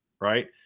right